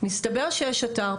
מסתבר שיש אתר,